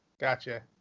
Gotcha